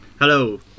hello